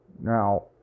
Now